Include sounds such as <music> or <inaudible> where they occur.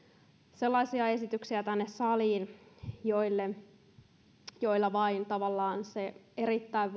sellaisia esityksiä tänne saliin joilla tavallaan vain siinä erittäin <unintelligible>